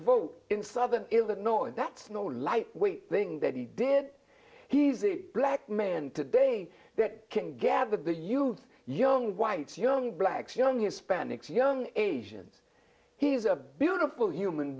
vote in southern illinois and that's not a light weight thing that he did he's a black man today that can gather the youth young whites young blacks young hispanics young asians he is a beautiful human